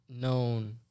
known